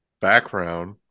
background